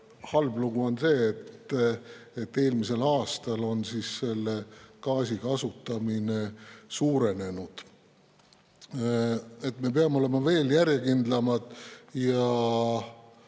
Halb lugu on see, et eelmisel aastal selle gaasi kasutamine suurenes. Me peame olema veel järjekindlamad ja